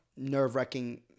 nerve-wracking